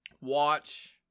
watch